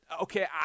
okay